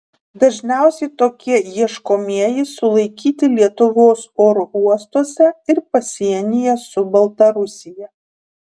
dažniausiai tokie ieškomieji sulaikyti lietuvos oro uostuose ir pasienyje su baltarusija